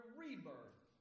rebirth